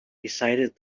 decided